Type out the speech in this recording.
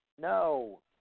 No